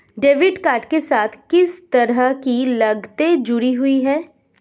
Debit card के साथ किस तरह की लागतें जुड़ी हुई हैं?